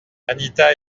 anita